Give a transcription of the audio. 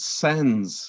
sends